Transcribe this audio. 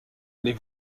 les